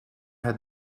het